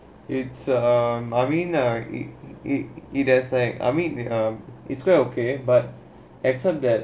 it's a marine err it it it has like I mean the uh it's quite okay but except that